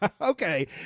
Okay